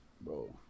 bro